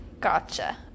Gotcha